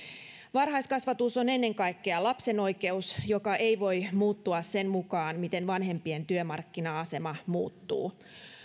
varhaiskasvatus on ennen kaikkea lapsen oikeus joka ei voi muuttua sen mukaan miten vanhempien työmarkkina asema muuttuu